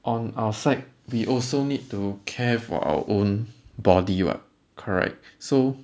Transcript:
on our side we also need to care for our own body [what] correct so